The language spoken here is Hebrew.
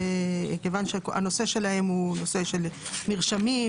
כיוון שהנושא הוא נושא של מרשמים,